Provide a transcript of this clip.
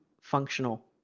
functional